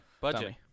Budget